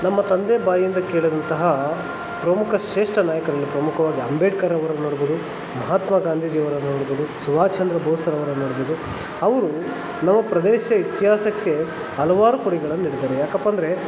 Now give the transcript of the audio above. ನಮ್ಮ ತಂದೆ ಬಾಯಿಂದ ಕೇಳಿದಂತಹ ಪ್ರಮುಖ ಶ್ರೇಷ್ಠ ನಾಯಕರಲ್ಲಿ ಪ್ರಮುಖವಾಗಿ ಅಂಬೇಡ್ಕರ್ರವರನ್ನು ನೋಡ್ಬೋದು ಮಹಾತ್ಮಾ ಗಾಂಧೀಜಿಯವರನ್ನು ನೋಡ್ಬೋದು ಸುಭಾಷ್ಚಂದ್ರ ಬೋಸ್ರವರನ್ನು ನೋಡ್ಬೋದು ಅವರು ನಮ್ಮ ಪ್ರದೇಶ ಇತಿಹಾಸಕ್ಕೆ ಹಲವಾರು ಕೊಡುಗೆಗಳನ್ನು ನೀಡಿದ್ದಾರೆ ಯಾಕಪ್ಪ ಅಂದರೆ